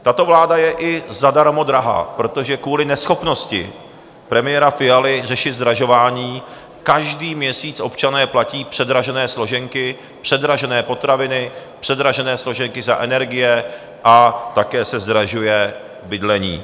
Tato vláda je i zadarmo drahá, protože kvůli neschopnosti premiéra Fialy řešit zdražování každý měsíc občané platí předražené složenky, předražené potraviny, předražené složenky za energie a také se zdražuje bydlení.